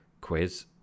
quiz